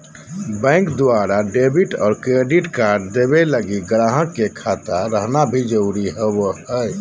bank द्वारा debit और credit card देवे लगी गाहक के खाता रहना भी जरूरी होवो